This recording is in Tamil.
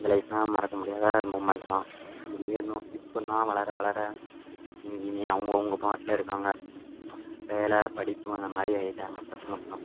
அந்த லைஃபைல்லாம் மறக்க முடியாத மூமண்ட்டு தான் அப்படியே இருந்தோம் இப்போதான் வளர வளர எங்கேயுமே அவுங்கவங்க பாட்டில் இருக்காங்க வேலை படிப்பு அந்தமாதிரி ஆகிட்டாங்க பசங்கள் ஃபுல்லும்